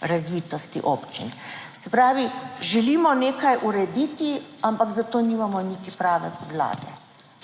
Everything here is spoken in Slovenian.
razvitosti občin. Se pravi, želimo nekaj urediti, ampak za to nimamo niti prave podlage.